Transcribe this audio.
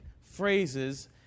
phrases